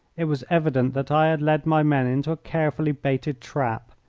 it was evident that i had led my men into a carefully-baited trap.